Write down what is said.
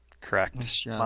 Correct